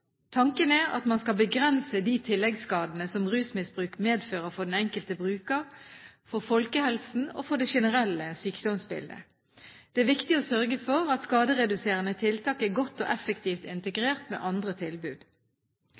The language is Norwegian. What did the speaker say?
Tanken er at man skal begrense de tilleggsskadene som rusmisbruk medfører for den enkelte bruker, for folkehelsen og for det generelle sykdomsbildet. Det er viktig å sørge for at skadereduserende tiltak er godt og effektivt integrert med andre tilbud.